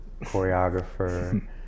choreographer